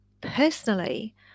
personally